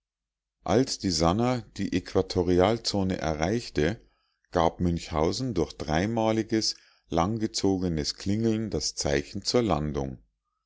als die sannah die äquatorialzone erreichte gab münchhausen durch dreimaliges langgezogenes klingeln das zeichen zur landung